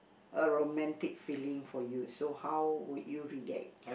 a romantic feeling for you so how would you react